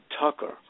Tucker